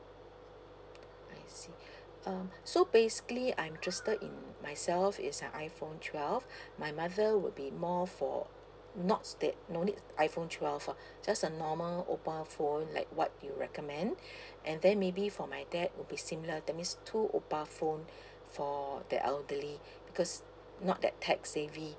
I see um so basically I'm interested in myself is a iphone twelve my mother would be more for not that no need iphone twelve ah just a normal oppo phone like what you recommend and then maybe for my dad would be similar that means two oppo phone for the elderly because not that tech savvy